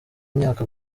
imyaka